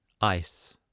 ice